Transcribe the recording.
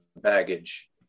baggage